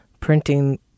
printing